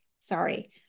Sorry